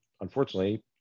unfortunately